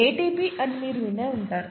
ATP అని మీరు విని ఉంటారు